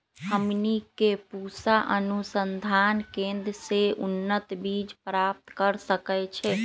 हमनी के पूसा अनुसंधान केंद्र से उन्नत बीज प्राप्त कर सकैछे?